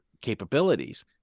capabilities